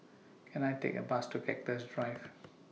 Can I Take A Bus to Cactus Drive